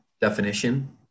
definition